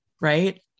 right